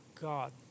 God